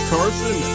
Carson